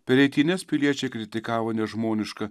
per eitynes piliečiai kritikavo nežmonišką